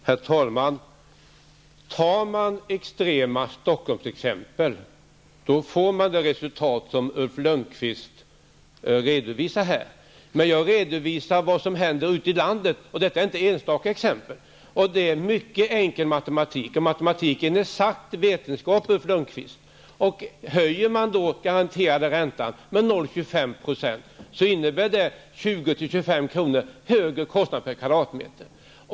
Herr talman! Tar man extrema Stockholmsexempel får man det resultat som Ulf Lönnqvist redovisar. Men jag redovisar vad som händer ute i landet, och detta är inte enstaka exempel. Det är mycket enkel matematik, och matematiken är en exakt vetenskap, Ulf Lönnqvist. innebär det 20--25 kr. högre kostnad per kvadratmeter.